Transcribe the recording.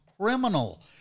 criminal